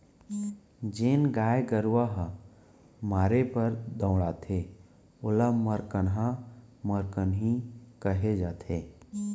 जेन गाय गरूवा ह मारे बर दउड़थे ओला मरकनहा मरकनही कहे जाथे